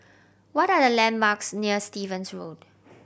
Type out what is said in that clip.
what are the landmarks near Stevens Road